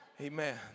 Amen